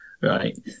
Right